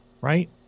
Right